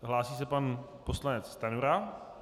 Hlásí se pan poslanec Stanjura.